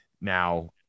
Now